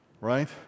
right